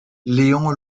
léon